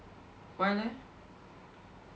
why leh